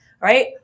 right